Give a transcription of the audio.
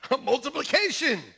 multiplication